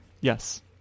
Yes